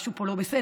משהו פה לא בסדר.